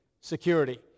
security